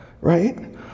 right